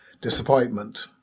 disappointment